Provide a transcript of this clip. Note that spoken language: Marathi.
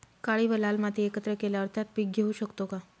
काळी व लाल माती एकत्र केल्यावर त्यात पीक घेऊ शकतो का?